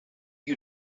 you